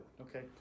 okay